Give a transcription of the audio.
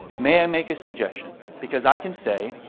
may i make a suggestion? because i can say.